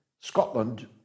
Scotland